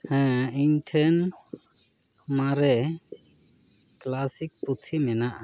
ᱦᱮᱸ ᱤᱧ ᱴᱷᱮᱱ ᱢᱟᱨᱮ ᱠᱮᱞᱟᱥᱤᱠ ᱯᱩᱛᱷᱤ ᱢᱮᱱᱟᱜᱼᱟ